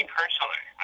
personally